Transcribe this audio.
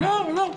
למה?